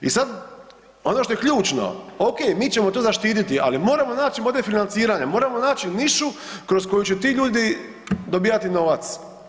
I sad ono što je ključno, ok, mi ćemo to zaštititi, ali moramo naći model financiranja, moramo naći nišu kroz koju će ti ljudi dobivati novac.